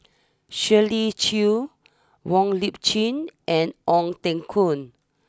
Shirley Chew Wong Lip Chin and Ong Teng Koon